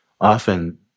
often